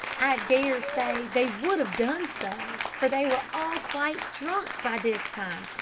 i dare say they would have done so, for they were all quite drunk by this time,